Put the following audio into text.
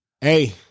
Hey